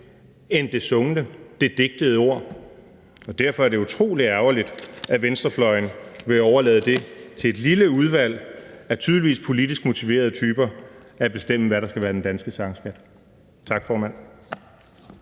end det sungne og det digtede ord. Derfor er det utrolig ærgerligt, at venstrefløjen vil overlade det til et lille udvalg af tydeligvis politisk motiverede typer at bestemme, hvad der skal være den danske sangskat. Tak, formand.